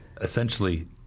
essentially